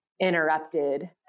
Interrupted